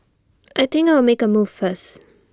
I think I'll make A move first